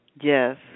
Yes